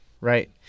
Right